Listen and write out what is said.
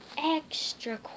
extra